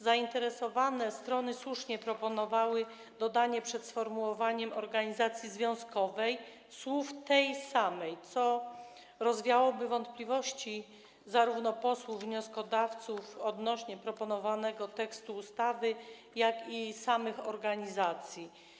Zainteresowane strony słusznie proponowały dodanie przed sformułowaniem „organizacji związkowej” wyrazów „tej samej”, co rozwiałoby wątpliwości zarówno posłów wnioskodawców odnośnie do proponowanego tekstu ustawy, jak i samych organizacji.